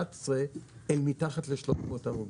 2011 אל מתחת ל-300 הרוגים.